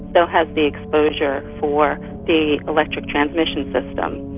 so has the exposure for the electric transmission system.